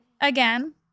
again